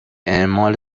اعمال